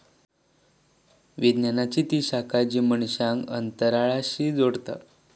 विज्ञानाची ती शाखा जी माणसांक अंतराळाशी जोडता